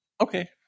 Okay